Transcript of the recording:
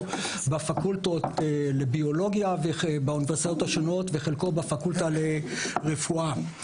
בפקולטות לביולוגיה באוניברסיטאות השונות וחלקו בפקולטה לרפואה.